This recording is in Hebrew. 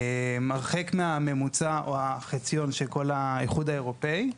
הרחק מהממוצע או החציון של כל האיחוד האירופאי.